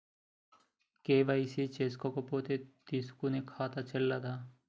KYC చేసుకోకపోతే తీసుకునే ఖాతా చెల్లదా?